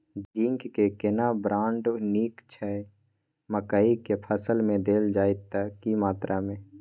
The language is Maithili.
जिंक के केना ब्राण्ड नीक छैय मकई के फसल में देल जाए त की मात्रा में?